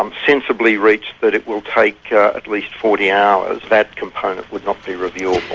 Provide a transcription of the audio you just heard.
um sensibly reached that it will take at least forty hours, that component would not be reviewable.